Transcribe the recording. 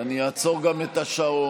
ואני אעצור גם את השעון.